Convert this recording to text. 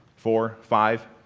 four, five,